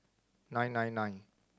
nine nine nine